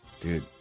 Dude